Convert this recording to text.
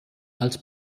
als